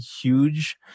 huge